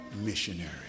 missionary